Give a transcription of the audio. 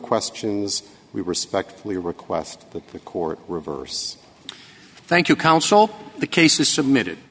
questions we respectfully request that the court reverse thank you counsel the case is submitted